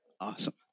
Awesome